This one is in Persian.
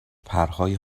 پرهای